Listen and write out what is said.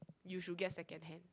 you should get second hand